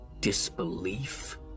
disbelief